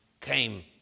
came